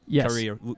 career